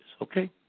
Okay